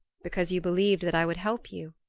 because you believed that i would help you,